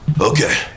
Okay